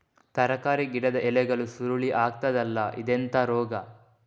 ತರಕಾರಿ ಗಿಡದ ಎಲೆಗಳು ಸುರುಳಿ ಆಗ್ತದಲ್ಲ, ಇದೆಂತ ರೋಗ?